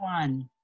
one